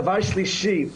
דבר שלישי,